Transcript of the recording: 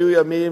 היו ימים,